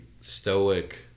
stoic